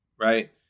Right